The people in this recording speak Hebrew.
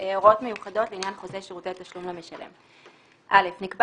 "הוראות מיוחדות לעניין חוזה שירותי תשלום למשלם 5. (א)נקבע